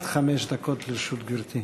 עד חמש דקות לרשות גברתי.